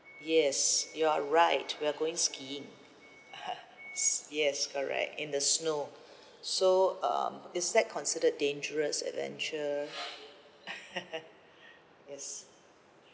yes you're right we are going skiing yes correct in the snow so um is that considered dangerous adventure yes